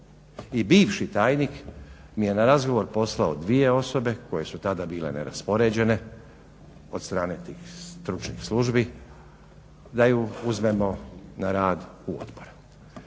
i bivši tajnik mi je na razgovor poslao dvije osobe koje su tada bile neraspoređene od strane tih stručnih službi da je uzmemo na rad u odbor.